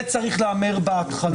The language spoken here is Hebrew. זה צריך להיאמר בהתחלה.